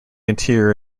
interior